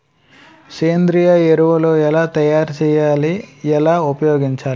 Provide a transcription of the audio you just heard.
సేంద్రీయ ఎరువులు ఎలా తయారు చేయాలి? ఎలా ఉపయోగించాలీ?